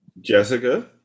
jessica